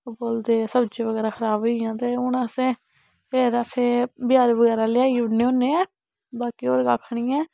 ओह् बोलदे सब्जी बगैरा खराब होई गेइयां ते हुन असें हून असें फिर असें बजारूं बगैरा लेआई उड़ने हुन्ने आं बाकी होर कक्ख नी ऐ